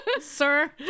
sir